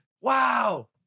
Wow